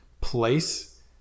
place